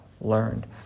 learned